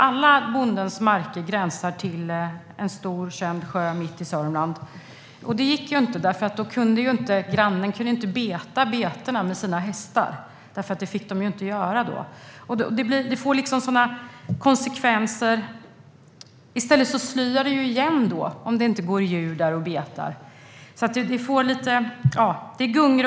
Alla bondens marker gränsar till en stor känd sjö mitt i Sörmland. Det gick inte, för grannen fick ju inte låta sina hästar beta där. Sådana konsekvenser får detta. Och om det inte går djur där och betar slyar markerna igen i stället.